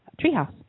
Treehouse